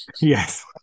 Yes